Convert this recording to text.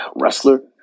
wrestler